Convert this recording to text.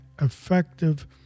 effective